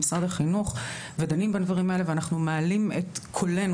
משרד החינוך ודנים בדברים האלה ואנחנו מעלים את קולנו,